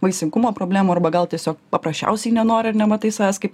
vaisingumo problemų arba gal tiesiog paprasčiausiai nenori ar nematai savęs kaip